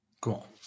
Cool